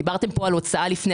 דיברתם פה על מה יקרה,